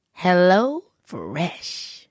HelloFresh